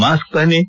mask पहनें